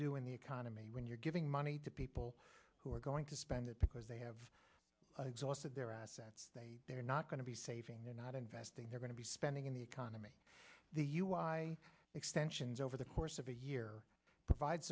do in the economy when you're giving money to people who are going to spend it because they have exhausted their assets they're not going to be saving they're not investing they're going to be spending in the economy the u i extensions over the course of a year provide